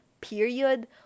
period